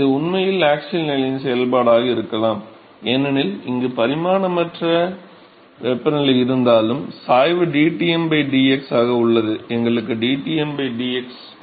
இது உண்மையில் ஆக்ஸியல் நிலையின் செயல்பாடாக இருக்கலாம் ஏனெனில் இங்கு பரிமாணமற்ற வெப்பநிலை இருந்தாலும் சாய்வு dTm dx ஆக உள்ளது எங்களுக்கு dTm dx பற்றி எதுவும் தெரியாது